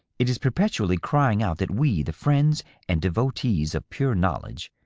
it is perpetually crying out that we, the friends and devotees of pure knowledge,